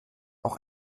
auch